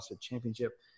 Championship